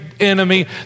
Enemy